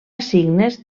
signes